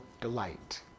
delight